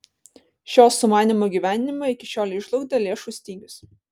šio sumanymo įgyvendinimą iki šiolei žlugdė lėšų stygius